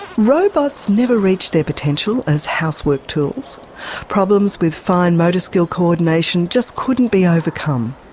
robots never reached their potential as housework tools problems with fine motor skill co-ordination just couldn't be overcome.